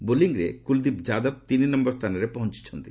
ବୋଲିଂରେ କୁଲଦୀପ ଯାଦବ ତିନି ନୟର ସ୍ଥାନରେ ପହଞ୍ଚିଚନ୍ତି